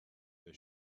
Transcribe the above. they